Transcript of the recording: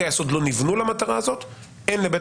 חוקי היסוד לא ניבנו למטרה הזאת,